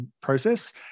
Process